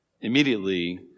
Immediately